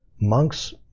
monks